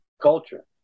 culture